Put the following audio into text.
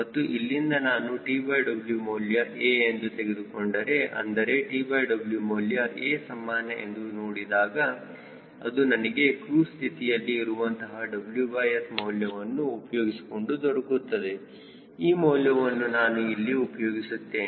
ಮತ್ತು ಇಲ್ಲಿಂದ ನಾನು TW ಮೌಲ್ಯ A ಎಂದು ತೆಗೆದುಕೊಂಡರೆ ಅಂದರೆ TW ಮೌಲ್ಯ A ಸಮಾನ ಎಂದು ನೋಡಿದಾಗ ಅದು ನಮಗೆ ಕ್ರೂಜ್ ಸ್ಥಿತಿಯಲ್ಲಿ ಇರುವಂತಹ WS ಮೌಲ್ಯವನ್ನು ಉಪಯೋಗಿಸಿಕೊಂಡು ದೊರಕುತ್ತದೆ ಆ ಮೌಲ್ಯವನ್ನು ನಾನು ಇಲ್ಲಿ ಉಪಯೋಗಿಸುತ್ತೇನೆ